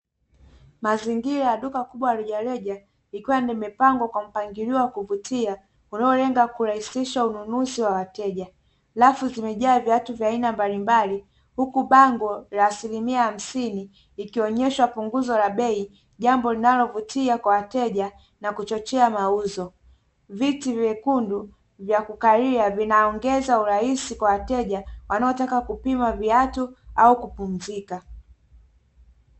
Mazingira ya duka kubwa la rejareja likiwa limepangwa kwa mpangilio wa kuvutia, unaolenga kurahisisha ununuzi kwa wateja. Rafu zimejaa viatu vya aina mbalimbali huku bango la asilimia hamsini likionyesha punguzo la bei, jambo linalovutia kwa wateja na kuchochea mauzo. Viti vyekundu vya kukalia vinaongeza urahisi kwa wateja wanaotaka kupima viatu au kupumzika.